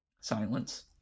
Silence